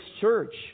church